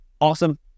Awesome